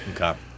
Okay